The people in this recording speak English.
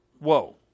Whoa